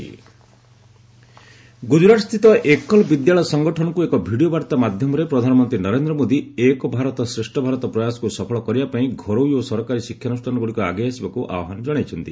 PM Gujarat ଗୁଜରାଟ୍ସ୍ଥିତ ଏକଲ୍ ବିଦ୍ୟାଳୟ ସଙ୍ଗଠନକୁ ଏକ ଭିଡିଓ ବାର୍ତ୍ତା ମାଧ୍ୟମରେ ପ୍ରଧାନମନ୍ତ୍ରୀ ନରେନ୍ଦ୍ର ମୋଦି ଏକ ଭାରତ ଶ୍ରେଷ୍ଠ ଭାରତ ପ୍ରୟାସକୁ ସଫଳ କରିବାପାଇଁ ଘରୋଇ ଓ ସରକାରୀ ଶିକ୍ଷାନୁଷ୍ଠାନଗୁଡ଼ିକ ଆଗେଇ ଆସିବାକୁ ଆହ୍ୱାନ ଜଣାଇଛନ୍ତି